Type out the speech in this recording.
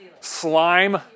slime